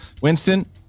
Winston